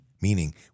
Meaning